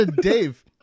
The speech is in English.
Dave